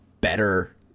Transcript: better